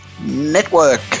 Network